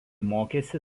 mokėsi